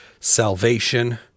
Salvation